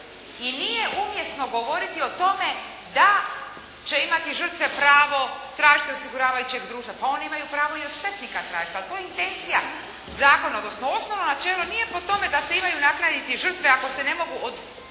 I nije umjesno govoriti o tome da će imati pravo tražiti od osiguravajućeg društva, pa oni imaju pravo i od štetnika tražiti, ali to je intencija zakona, odnosno osnovno načelo nije po tome da se imaju naknaditi žrtve ako se ne mogu od